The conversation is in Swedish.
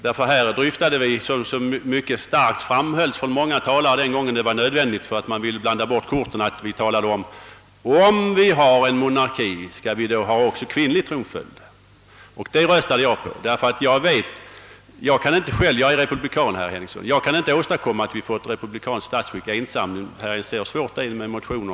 Här i kammaren dryftade vi då, vilket mycket starkt framhölls av många talare eftersom det fanns en del som ville blanda bort korten, om vi när vi har monarki skall ha kvinnlig tronföljd. Jag röstade för kvinnlig tronföljd. Jag är republikan men kan inte ensam åstadkomma ett republikanskt stats skick.